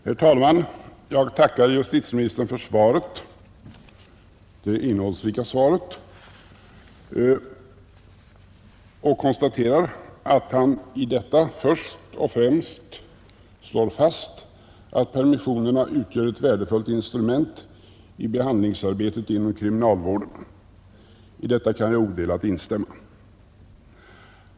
Herr talman! Jag tackar justitieministern för det innehållsrika svaret och konstaterar att han i detta först och främst slår fast att permissionerna utgör ett värdefullt instrument i behandlingsarbetet inom kriminalvården. I detta kan jag odelat instämma.